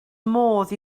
modd